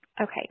Okay